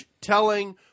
telling